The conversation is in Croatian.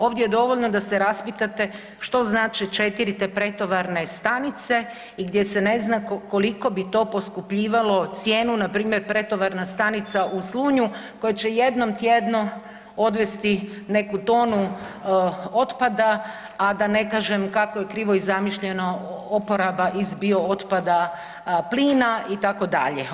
Ovdje je dovoljno da se raspitate što znači 4 te pretovarne stanice i gdje se ne zna koliko bi to poskupljivalo cijenu npr. pretovarna stanica u Slunju koja će jednom tjedno odvesti neku tonu otpada, a da ne kažem kako je krivo i zamišljeno oporaba iz biootpada plina itd.